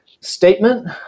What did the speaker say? statement